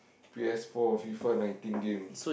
P_S-four Fifa nineteen game